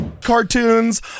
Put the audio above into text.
cartoons